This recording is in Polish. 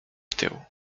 tył